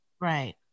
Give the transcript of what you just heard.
Right